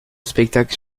spectacle